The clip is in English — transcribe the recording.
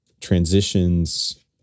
Transitions